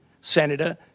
senator